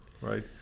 right